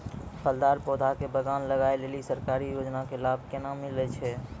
फलदार पौधा के बगान लगाय लेली सरकारी योजना के लाभ केना मिलै छै?